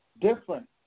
different